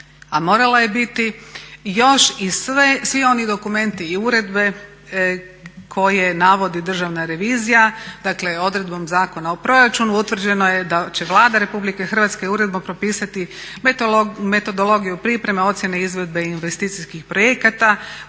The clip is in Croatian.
a morala je biti, još i svi oni dokumenti i uredbe koje navodi državna revizija. Dakle odredbom Zakona o proračunu utvrđeno je da će Vlada Republike Hrvatske uredbom propisati metodologiju pripreme, ocjene, izvedbe i investicijskih projekata.